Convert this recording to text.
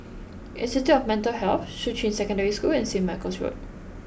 Institute of Mental Health Shuqun Secondary School and St Michael's Road